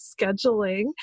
scheduling